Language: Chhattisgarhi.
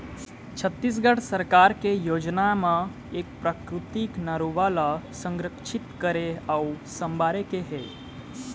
छत्तीसगढ़ सरकार के योजना म ए प्राकृतिक नरूवा ल संरक्छित करे अउ संवारे के हे